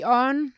on